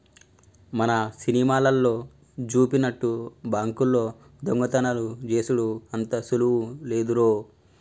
మన సినిమాలల్లో జూపినట్టు బాంకుల్లో దొంగతనాలు జేసెడు అంత సులువు లేదురో